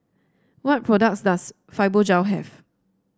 what products does Fibogel have